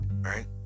Right